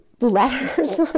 letters